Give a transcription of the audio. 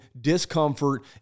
discomfort